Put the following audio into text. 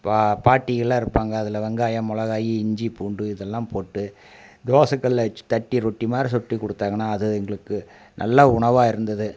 பாட்டிகள்லாம் இருப்பாங்க அதில் வெங்காயம் மிளகாயி இஞ்சி பூண்டு இதெல்லாம் போட்டு தோசை கலில் வச்சு தட்டி ரொட்டிமாதிரி சுட்டு கொடுத்தாங்கனா அது எங்களுக்கு நல்ல உணவாயிருந்தது